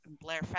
Blair